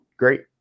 Great